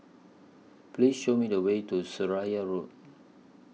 Please Show Me The Way to Seraya Road